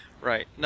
Right